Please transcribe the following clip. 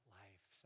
life